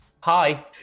Hi